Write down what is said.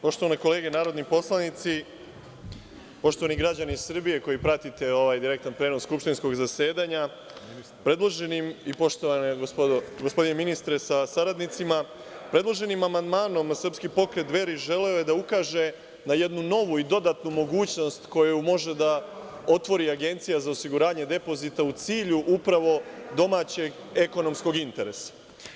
Poštovane kolege narodni poslanici, poštovani građani Srbije koji pratite ovaj direktan prenos skupštinskog zasedanja i poštovani gospodine ministre sa saradnicima, predloženim amandmanom Srpski pokret Dveri želeo je da ukaže na jednu novu i dodatnu mogućnost koju može da otvori Agencija za osiguranje depozita u cilju upravo domaćeg ekonomskog interesa.